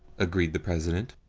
agreed the president.